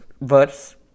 verse